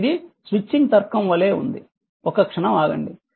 మరియు ఇది స్విచ్చింగ్ తర్కం వలె ఉంది ఒక క్షణం ఆగండి